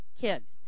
kids